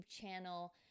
channel